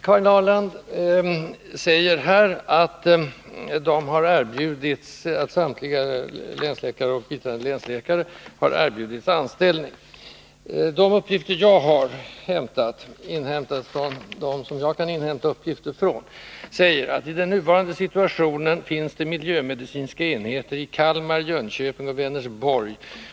Karin Ahrland säger att samtliga länsläkare och biträdande länsläkare har erbjudits anställning. De uppgifter jag har inhämtat från mitt håll säger att det i den nuvarande situationen finns miljömedicinska enheter i Kalmar, Jönköping och Vänersborg.